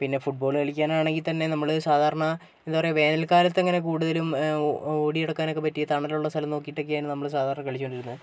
പിന്നെ ഫുട്ബോൾ കളിക്കാൻ ആണെങ്കിൽ തന്നെ നമ്മൾ സാധാരണ എന്താണ് പറയുക വേനൽക്കാലത്ത് അങ്ങനെ കൂടുതലും ഓടി നടക്കാനൊക്കെ പറ്റിയ തണലുള്ള സ്ഥലം നോക്കിയിട്ടൊക്കെയാണ് നമ്മൾ സാധാരണ കളിച്ചുകൊണ്ടിരുന്നത്